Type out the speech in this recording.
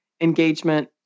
engagement